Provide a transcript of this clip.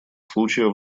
случая